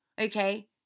Okay